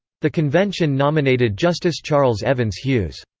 the convention nominated justice charles evans hughes.